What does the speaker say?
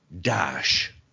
dash